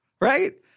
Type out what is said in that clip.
Right